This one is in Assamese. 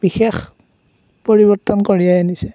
বিশেষ পৰিৱৰ্তন কঢ়িয়াই আনিছে